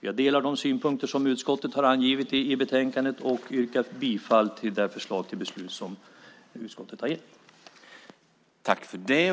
Jag delar de synpunkter som utskottet har angivit i betänkandet och yrkar bifall till det förslag till beslut som utskottet har avgett.